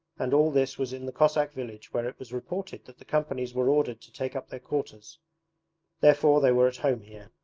and all this was in the cossack village where it was reported that the companies were ordered to take up their quarters therefore they were at home here.